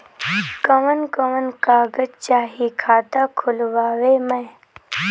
कवन कवन कागज चाही खाता खोलवावे मै?